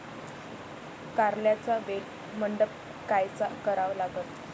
कारल्याचा वेल मंडप कायचा करावा लागन?